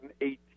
2018